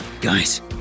Guys